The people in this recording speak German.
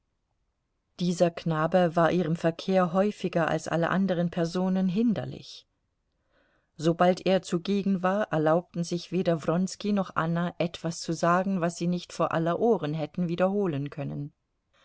dieser knabe war ihrem verkehr häufiger als alle anderen personen hinderlich sobald er zugegen war erlaubten sich weder wronski noch anna etwas zu sagen was sie nicht vor aller ohren hätten wiederholen können